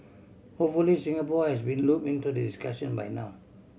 hopefully Singapore has been loop into the discussion by now